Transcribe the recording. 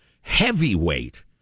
heavyweight